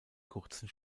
kurzen